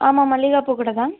ஆமாம் மல்லிகா பூக்கடை தான்